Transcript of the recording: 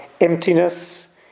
emptiness